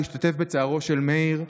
להשתתף בצערו של מאיר.